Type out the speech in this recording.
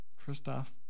Christoph